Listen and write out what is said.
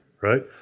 right